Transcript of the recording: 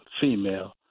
female